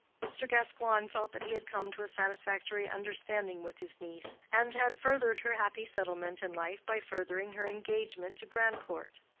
mr. gascoigne felt that he had come to a satisfactory understanding with his niece, and had furthered her happy settlement in life by furthering her engagement to grandcourt.